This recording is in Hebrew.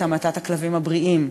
את המתת הכלבים הבריאים.